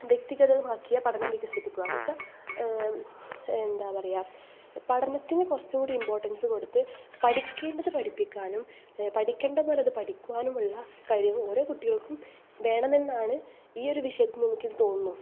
വ്യക്തിഗതമാക്കിയ പഠനം വികസിപ്പിക്കുക എന്ന് വെച്ചാൽ എന്താ പറയുക പഠനത്തിന് കുറച്ചും കൂടി ഇമ്പോർട്ടൻസ് കൊടുത്ത് പഠിക്കേണ്ടത് പഠിപ്പിക്കാനും പഠിക്കണ്ട പോലെ അത് പഠിക്കുവാനുമുള്ള കഴിവ് ഓരോ കുട്ടികൾക്കും വേണമെന്നാണ് ഈ ഒര് വിഷയത്തിന് എന്നെനിക്ക് തോന്നുന്നു